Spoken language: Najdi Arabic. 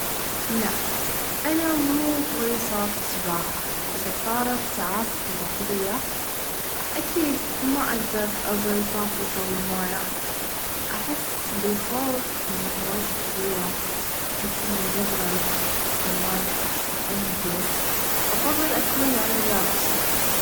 لا أنا مووو كويسه في السباحه إذا صارت عاصفه بحريه أكيد ما أقدر أظل طايفه فوق المويا أحس بالخوف بالأمواچ الكبير أحس إني بغرق و مارح أنچو أفظل أكون على اليابسه.